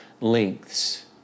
lengths